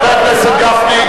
חבר הכנסת גפני,